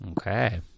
Okay